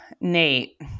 Nate